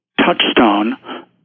touchstone